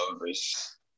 service